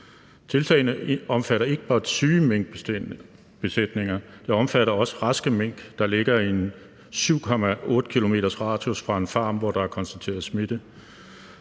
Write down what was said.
Tiltagene omfatter ikke blot syge minkbesætninger, de omfatter også raske mink, der ligger i en 7,8 kilometersradius fra en farm, hvor der er konstateret smitte.